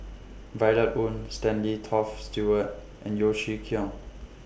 Violet Oon Stanley Toft Stewart and Yeo Chee Kiong